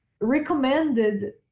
recommended